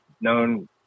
known